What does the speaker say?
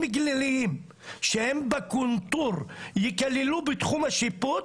גליליים שהם בקונטור יכללו בתחום השיפוט,